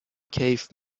کیف